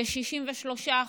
כ-63%,